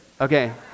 Okay